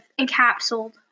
encapsulated